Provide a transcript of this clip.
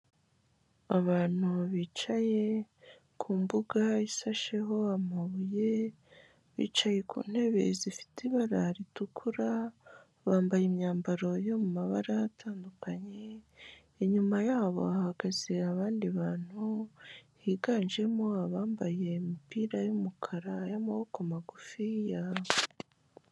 Abantu bicaye ku mbuga isasheho amabuye, bicaye ku ntebe zifite ibara ritukura, bambaye imyambaro yo mu mabara atandukanye, inyuma yabo hahagaze abandi bantu, higanjemo abambaye imipira y'umukara y'amaboko magufiya.